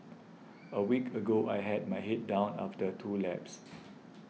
a week ago I had my head down after two laps